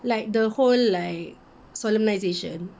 like the whole like solemnisation